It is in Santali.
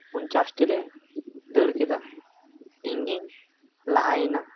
ᱯᱚᱧᱪᱟᱥᱴᱤ ᱞᱮ ᱫᱟᱹᱲ ᱠᱮᱫᱟ ᱤᱧᱜᱤᱧ ᱞᱟᱦᱟᱭᱮᱱᱟ